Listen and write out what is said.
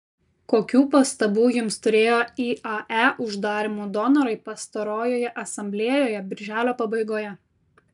kokių pastabų jums turėjo iae uždarymo donorai pastarojoje asamblėjoje birželio pabaigoje